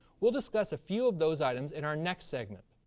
we'll discuss a few of those items in our next segment.